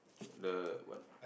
the what